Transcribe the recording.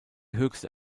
höchste